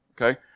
okay